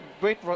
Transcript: great